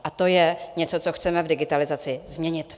A to je něco, co chceme v digitalizaci změnit.